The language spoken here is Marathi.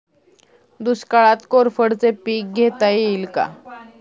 दुष्काळात कोरफडचे पीक घेता येईल का?